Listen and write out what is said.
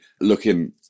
looking